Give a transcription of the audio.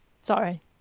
sorry